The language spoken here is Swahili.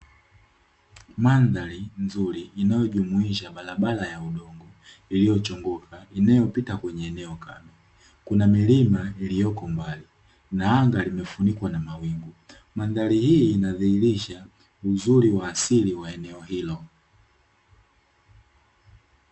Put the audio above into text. Mandhari nzuri, inayojumuisha barabara ya udongo iliyochongoka inayopita kwenye eneo kame, kuna milima iliyoko mbali na anga limefunikwa na mawingu. Mandhari hii inadhiirisha uzuri wa asili wa eneo hilo.